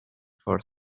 for